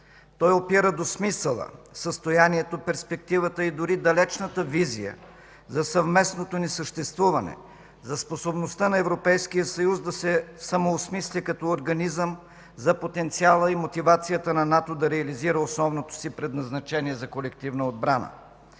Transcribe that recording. Той опира до смисъла, състоянието, перспективата и дори далечната визия за съвместното ни съществуване, за способността на Европейския съюз да се самоосмисли като организъм, за потенциала им и мотивацията на НАТО да реализира основното си предназначение за колективна отбрана.